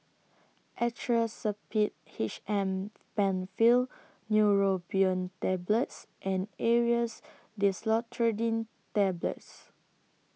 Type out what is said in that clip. Actrapid H M PenFill Neurobion Tablets and Aerius DesloratadineTablets